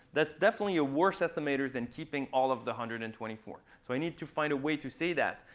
that's definitely a worse estimator than keeping all of the one hundred and twenty four. so i need to find a way to say that.